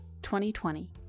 2020